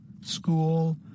school